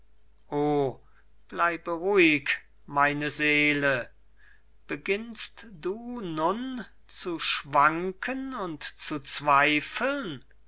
bleibe ruhig meine seele beginnst du nun zu schwanken und zu zweifeln